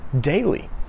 daily